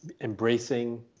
embracing